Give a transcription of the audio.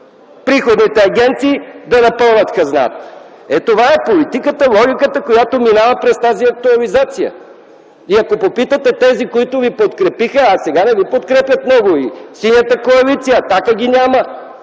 Приходните агенции да напълнят хазната?! Това е политиката, логиката, която минава през тази актуализация. Ако попитате тези, които ви подкрепиха, а сега не ви подкрепят много – и Синята коалиция, „Атака” ги няма,